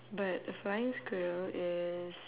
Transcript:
but a flying squirrel is